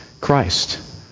Christ